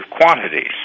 quantities